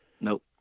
Nope